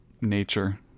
nature